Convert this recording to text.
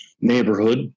neighborhood